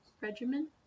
regimen